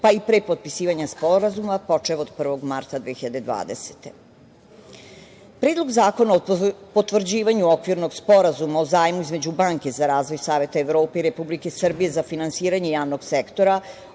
pa i pre potpisivanja sporazuma, počev od 1. marta 2020. godine. Predlog zakona o potvrđivanju Okvirnog sporazuma o zajmu između Banke za razvoj Saveta Evrope i Republike Srbije za finansiranje javnog sektora,